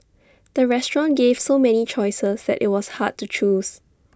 the restaurant gave so many choices that IT was hard to choose